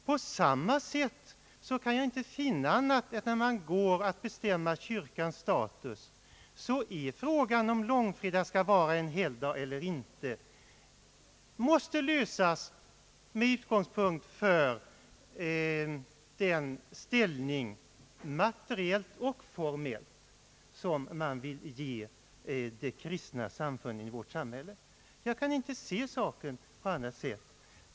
På samma sätt kan jag inte finna annat än att när man går att bestämma kyrkans status måste frågan om långfredagen skall vara en helgdag eller inte lösas med utgångspunkt från den ställning, materiellt och formellt, som man vill ge de kristna samfunden i vårt samhälle. Jag kan inte se saken på annat sätt.